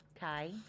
Kai